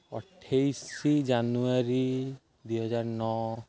ଅଠେଇଶ ଜାନୁଆରୀ ଦୁଇ ହଜାର ନଅ